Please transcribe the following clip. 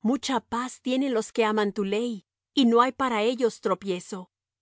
mucha paz tienen los que aman tu ley y no hay para ellos tropiezo